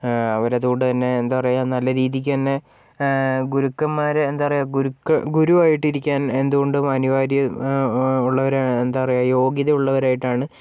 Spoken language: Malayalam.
അവര് അതുകൊണ്ടു തന്നെ എന്താ പറയുക നല്ല രീതിക്ക് തന്നെ ഗുരുക്കന്മാര് എന്താ പറയുക ഗുരുക്ക ഗുരുവായിട്ട് ഇരിക്കാൻ എന്തുകൊണ്ടും അനിവാര്യം ഉള്ളവര് എന്താ പറയുക യോഗ്യതയുള്ളവരായിട്ടാണ്